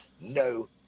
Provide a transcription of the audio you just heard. no